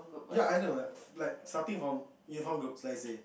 ya I know like like starting from uniform groups let's say